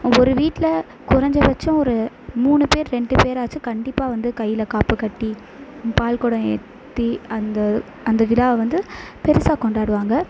ஒவ்வொரு வீட்டில் குறைஞ்சபட்சம் ஒரு மூணு பேர் ரெண்டு பேராச்சும் கண்டிப்பாக வந்து கையில் காப்பு கட்டி பால் குடம் ஏந்தி அந்த அந்த விழாவை வந்து பெருசாக கொண்டாடுவாங்க